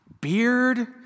Beard